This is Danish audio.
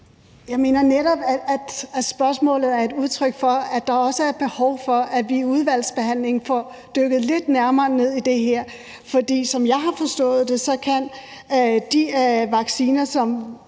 Jeg mener netop, at spørgsmålet er et udtryk for, at der også er et behov for, at vi i udvalgsbehandlingen får dykket lidt mere ned i det her. For som jeg har forstået det, kan de vacciner, som